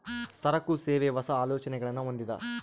ಸರಕು, ಸೇವೆ, ಹೊಸ, ಆಲೋಚನೆಗುಳ್ನ ಹೊಂದಿದ